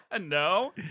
No